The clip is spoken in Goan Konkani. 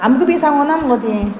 आमकां बी सांगो ना मुगो तुवें